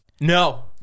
No